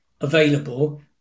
available